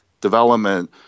development